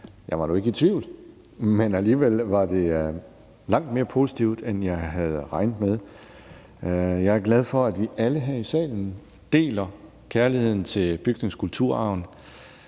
Jeg var nu ikke i tvivl, men alligevel var det langt mere positivt, end jeg havde regnet med. Jeg er glad for, at vi alle her i salen deler kærligheden til bygningskulturarven.